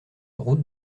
route